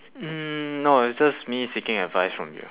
mm no it's just me seeking advice from you